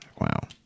wow